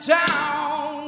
town